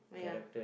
oh yeah